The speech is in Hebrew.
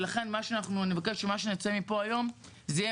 ולכן אני מבקשת שמה שנצא מפה היום זה יהיה